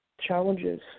Challenges